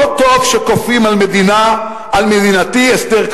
לא טוב שכופים על מדינה, על מדינתי, הסדר.